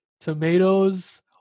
Tomatoes